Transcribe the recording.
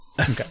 Okay